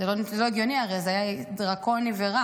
הרי זה לא הגיוני, זה דרקוני ורע.